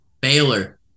Baylor